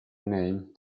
name